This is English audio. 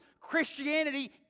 Christianity